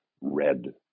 red